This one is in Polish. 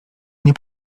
nie